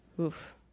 Oof